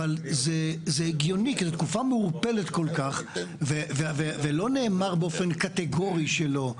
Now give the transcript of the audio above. אבל זה הגיוני כי זאת תקופה מעורפלת כל כך ולא נאמר באופן קטגורי שלא.